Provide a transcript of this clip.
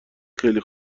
خیلی